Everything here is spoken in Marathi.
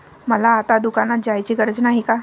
मला आता दुकानात जायची गरज नाही का?